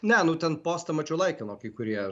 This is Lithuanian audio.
ne nu ten postą mačiau laikino kai kurie